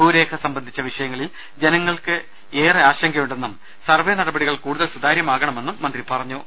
ഭൂരേഖ സംബന്ധിച്ച വിഷയങ്ങളിൽ ജനങ്ങൾക്ക് ഏറെ ആശങ്കയുണ്ടെന്നും സർവ്വെ നടപടികൾ കൂടുതൽ സുതാര്യമാകണമെന്നും മന്ത്രി പറഞ്ഞു